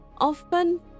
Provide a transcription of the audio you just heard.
often